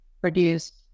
produced